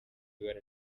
ibara